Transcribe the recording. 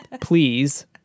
please